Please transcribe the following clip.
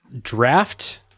draft